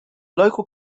local